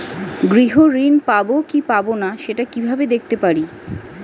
গৃহ ঋণ পাবো কি পাবো না সেটা কিভাবে দেখতে পারি?